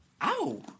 ow